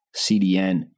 CDN